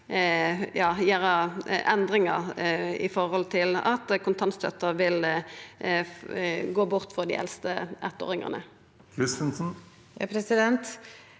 gjera endringar i forhold til at kontantstøtta vil bli borte for dei eldste eittåringane.